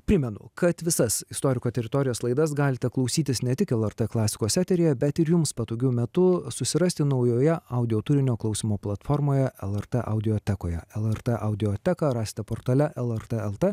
primenu kad visas istoriko teritorijos laidas galite klausytis ne tik lrt klasikos eteryje bet ir jums patogiu metu susirasti naujoje audio turinio klausymo platformoje lrt audiotekoje lrt audioteką rasite portale lrt el t